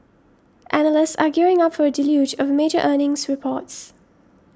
analysts are gearing up for a deluge of major earnings reports